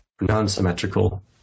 non-symmetrical